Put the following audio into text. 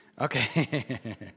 Okay